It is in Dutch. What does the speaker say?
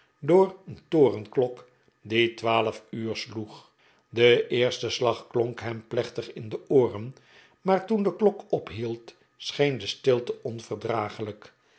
door een torenklok die twaalf uur sloeg de eerste slag klonk hem plechtig in de ooren maar toen de klok ophield scheen de stilte